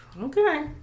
Okay